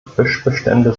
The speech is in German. fischbestände